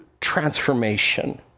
transformation